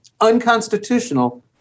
unconstitutional